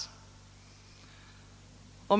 Herr talman!